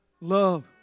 Love